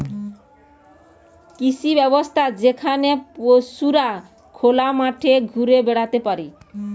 কৃষি ব্যবস্থা যেখানে পশুরা খোলা মাঠে ঘুরে বেড়াতে পারে